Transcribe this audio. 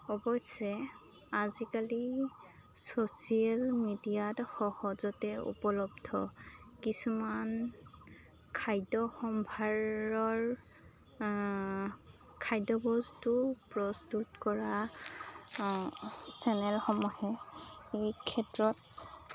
অৱশ্যে আজিকালি ছ'চিয়েল মিডিয়াত সহজতে উপলব্ধ কিছুমান খাদ্য সম্ভাৰৰ খাদ্যবস্তু প্ৰস্তুত কৰা চেনেলসমূহে এই ক্ষেত্ৰত